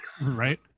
Right